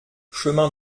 chemin